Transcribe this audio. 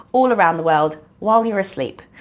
all around the world, while you're asleep.